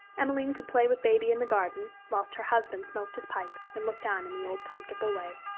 emmeline could play with baby in the garden, whilst her husband smoked his pipe and looked on in the old comfortable way.